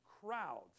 crowds